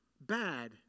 bad